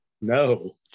No